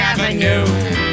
Avenue